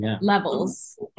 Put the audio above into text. levels